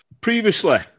Previously